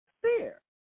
fear